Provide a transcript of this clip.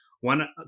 one